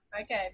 Okay